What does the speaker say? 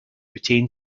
retain